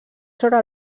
sobre